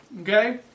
Okay